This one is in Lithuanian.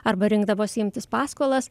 arba rinkdavosi imtis paskolas